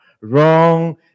wrong